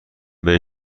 بهش